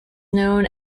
known